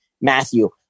Matthew